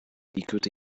equity